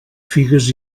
figues